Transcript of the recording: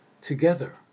together